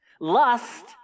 Lust